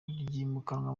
ryimukanwa